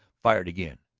fired again.